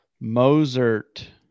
Mozart